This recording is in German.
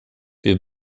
wir